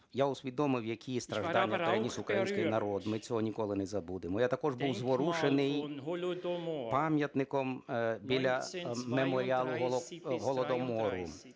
Я усвідомив, які страждання переніс український народ, ми цього ніколи не забудемо. Я також був зворушений пам'ятником біля меморіалу Голодомору,